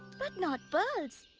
but not pearls.